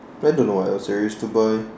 I don't know what else there is to buy